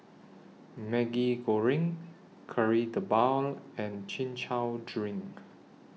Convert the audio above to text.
Maggi Goreng Kari Debal and Chin Chow Drink